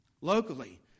locally